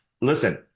listen